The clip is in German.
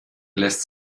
lässt